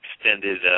extended